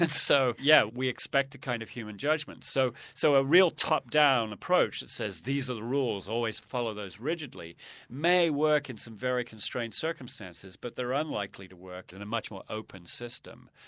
and so yeah, we expect a kind of human judgment. so so a real top-down approach that says these are the rules, always follow those rigidly may work in some very constrained circumstances, but they are unlikely to work in a much more open system.